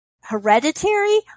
hereditary